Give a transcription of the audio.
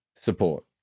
support